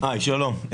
שלום.